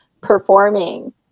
performing